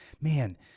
man